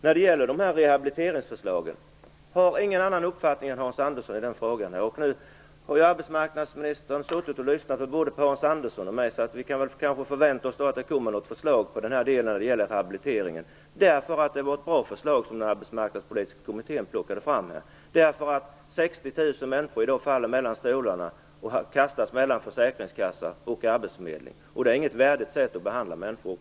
När det gäller rehabiliteringsförslagen har jag ingen annan uppfattning än Hans Andersson i den frågan. Nu har arbetsmarknadsministern suttit och lyssnat både på Hans Andersson och mig i debatten, så vi kan kanske förvänta oss att det kommer ett förslag på den del som gäller rehabiliteringen. Det var ett bra förslag som Arbetsmarknadspolitiska kommittén tog fram. 60 000 människor faller i dag mellan stolarna och kastas mellan försäkringskassa och arbetsförmedling. Det är inte något värdigt att behandla människor.